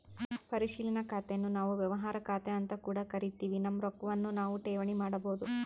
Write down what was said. ಪರಿಶೀಲನಾ ಖಾತೆನ್ನು ನಾವು ವ್ಯವಹಾರ ಖಾತೆಅಂತ ಕೂಡ ಕರಿತಿವಿ, ನಮ್ಮ ರೊಕ್ವನ್ನು ನಾವು ಠೇವಣಿ ಮಾಡಬೋದು